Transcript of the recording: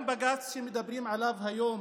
גם בג"ץ, שאומרים עליו היום